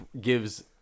gives